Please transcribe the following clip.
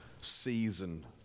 season